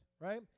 right